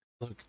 Look